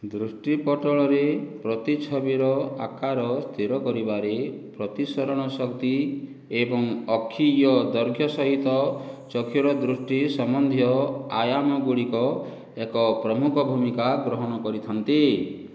ଦୃଷ୍ଟି ପଟଳରେ ପ୍ରତିଛବିର ଆକାର ସ୍ଥିର କରିବାରେ ପ୍ରତିଶରଣ ଶକ୍ତି ଏବଂ ଅକ୍ଷୀୟ ଦୈର୍ଘ୍ୟ ସହିତ ଚକ୍ଷୁର ଦୃଷ୍ଟି ସମ୍ବନ୍ଧୀୟ ଆୟାମ ଗୁଡ଼ିକ ଏକ ପ୍ରମୁଖ ଭୂମିକା ଗ୍ରହଣ କରିଥାନ୍ତି